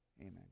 Amen